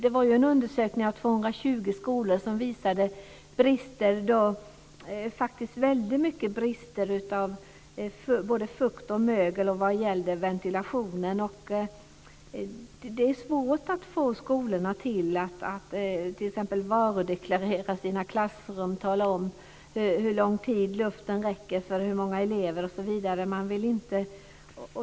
En undersökning av 220 skolor visade faktiskt väldigt stora brister i fråga om fukt, mögel och ventilation. Det är svårt att få skolorna att t.ex. varudeklarera sina klassrum, tala om hur lång tid luften räcker för ett visst antal elever osv.